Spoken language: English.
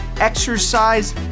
exercise